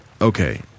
okay